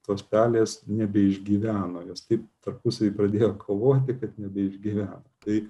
tos pelės nebeišgyveno jos taip tarpusavyje pradėjo kovoti kad nebeišgyvena tai